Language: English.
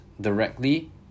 directly